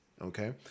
Okay